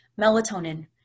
Melatonin